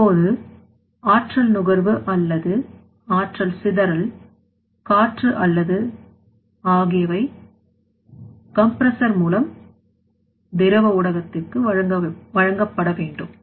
இப்போது ஆற்றல் நுகர்வு அல்லது ஆற்றல் சிதரல் காற்று அல்லது ஆகியவை கம்ப்ரசர் மூலம் திரவ ஊடகத்திற்கு வழங்கப்பட வேண்டும்